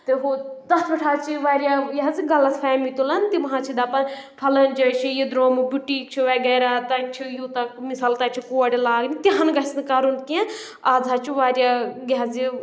تہٕ ہُہ تَتھ پؠٹھ حظ چھِ واریاہ یہِ حظ غلط فیمی تُلان تِم حظ چھِ دَپان پھلٲنۍ جایہِ چھِ یہِ درٛومُت بُٹیٖک چھِ وغیرہ تَتہِ چھِ یوٗتاہ مِثال تَتہِ چھُ کوڑٕ لایِنۍ تِہن گژھِ نہٕ کَرُن کینٛہہ آز حظ چھُ واریاہ یہِ حظ یہِ